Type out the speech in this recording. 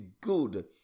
good